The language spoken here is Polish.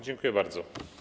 Dziękuję bardzo.